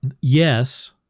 yes